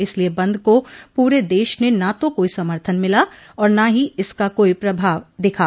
इसलिये बंद का पूरे देश में न तो कोइ समर्थन मिला न ही इसका कोई प्रभाव दिखा